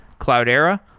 cloudera,